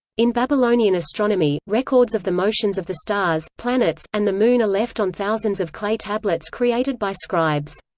in babylonian astronomy, records of the motions of the stars, planets, and the moon are left on thousands of clay tablets created by scribes.